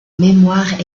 mémoire